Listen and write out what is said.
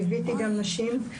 ליוויתי גם נשים,